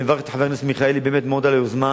מברך את חבר הכנסת מיכאלי מאוד על היוזמה,